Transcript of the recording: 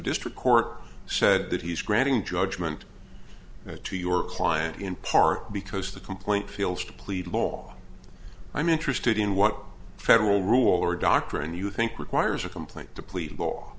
district court said that he's granting judgment to your client in part because the complaint feels to plead law i'm interested in what federal rule or doctrine you think requires a complaint deplete